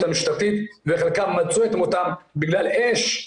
המשטרתית וחלקם מצאו את מותם בגלל אש,